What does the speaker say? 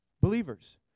believers